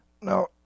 Now